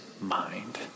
mind